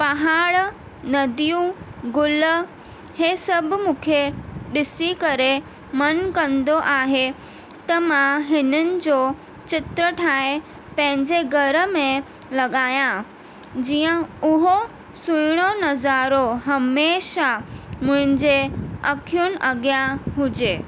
पहाड़ नंदियूं गुल हीअ सभु मूंखे ॾिसी करे मन कंदो आहे त मां हिननि जो चित्र ठाहे पंहिंजे घर में लॻायां जीअं उहो सुहिणो नज़ारो हमेशह मुंहिंजे अखियुनि अॻियां हुजे